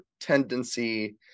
tendency